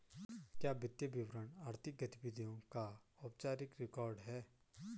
क्या वित्तीय विवरण आर्थिक गतिविधियों का औपचारिक रिकॉर्ड है?